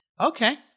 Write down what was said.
Okay